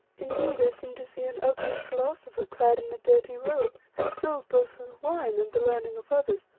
indeed i seem to see an ugly philosopher clad in a dirty robe and filled both with wine and the learning of others,